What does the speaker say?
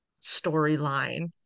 storyline